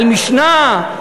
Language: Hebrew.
על משנה,